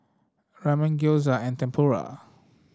Ramen Gyoza and Tempura